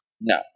No